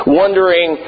wondering